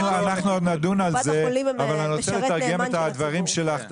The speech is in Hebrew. --- אנחנו עוד נדון על זה אבל אני רוצה לתרגם את הדברים שלך,